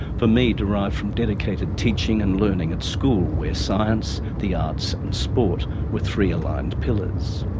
for me derived from dedicated teaching and learning at school where science, the arts and sport were three aligned pillars.